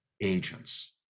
agents